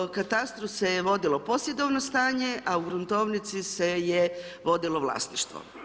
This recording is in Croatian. Jer, u katastru se je vodilo posjedovno stanje, a u gruntovnici se je vodilo vlasništvo.